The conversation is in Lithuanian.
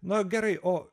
na gerai o